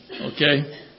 Okay